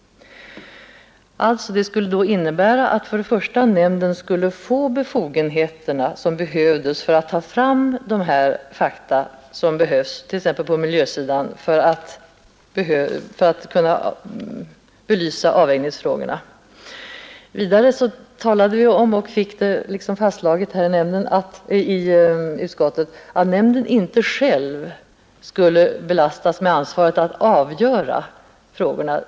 Det skulle till att börja med innebära att nämnden skulle få de befogenheter som behövs för att ta fram de fakta på t.ex. miljösidan som krävs för att belysa avvägningsfrågorna. Vidare talade vi om, och fick fastlagt i utskottet, att nämnden inte själv skulle belastas med ansvaret att avgöra frågorna.